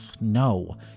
No